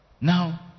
Now